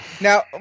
Now